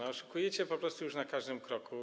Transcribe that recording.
Oszukujecie po prostu już na każdym kroku.